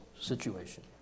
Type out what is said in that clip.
situation